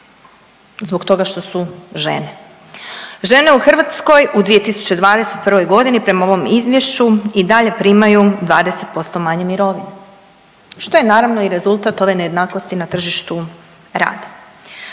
zbog toga što su žene, žene u Hrvatskoj u 2021.g. prema ovom izvješću i dalje primaju 20% manje mirovine, što je naravno, i rezultat ove nejednakosti na tržištu rada.